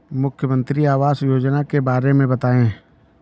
मुख्यमंत्री आवास योजना के बारे में बताए?